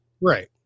Right